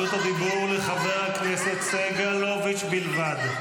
חבר הכנסת יואב סגלוביץ',